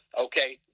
Okay